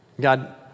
God